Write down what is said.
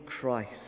Christ